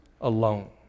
alone